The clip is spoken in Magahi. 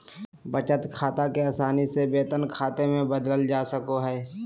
बचत खाते के आसानी से वेतन खाते मे बदलल जा सको हय